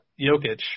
Jokic –